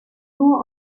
nur